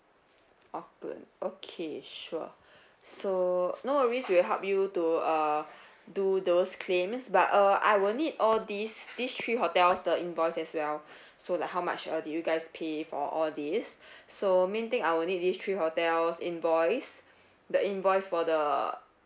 auckland okay sure so no worries we'll help you to uh do those claims but uh I will need all these these three hotels the invoice as well so like how much uh did you guys pay for all these so main thing I will need this three hotels invoice the invoice for the